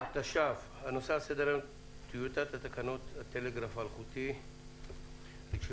הנושא שעל סדר היום הוא טיוטת תקנות הטלגרף האלחוטי (רישיונות,